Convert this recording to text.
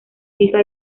hija